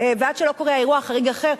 ועד שלא קורה האירוע החריג האחר,